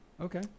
Okay